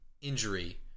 injury